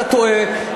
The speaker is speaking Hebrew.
אתה טועה.